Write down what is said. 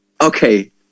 okay